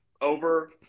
over